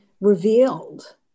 revealed